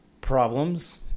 problems